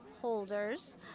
holders